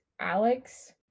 alex